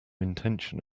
intention